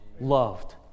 loved